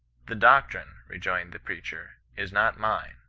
the doctrine rejoined the preacher, is not mine,